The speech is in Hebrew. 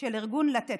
של ארגון לתת.